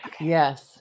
yes